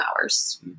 hours